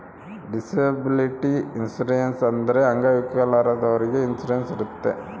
disability insurance ಅಂದ್ರೆ ಅಂಗವಿಕಲದವ್ರಿಗೆ insurance ಇರುತ್ತೆ